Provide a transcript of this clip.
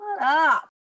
up